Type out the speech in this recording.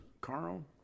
Carl